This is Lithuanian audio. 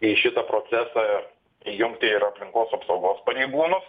į šitą procesą įjungti ir aplinkos apsaugos pareigūnus